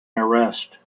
arrest